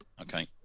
okay